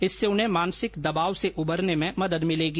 इससे उन्हें मानसिक दबाव से उबरने में मदद मिलेगी